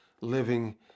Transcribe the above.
living